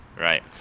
Right